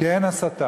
כי אין הסתה.